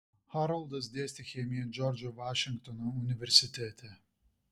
haroldas dėstė chemiją džordžo vašingtono universitete